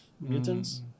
mutants